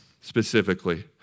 specifically